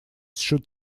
shoot